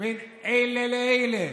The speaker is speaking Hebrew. בין אלה לאלה,